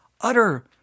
utter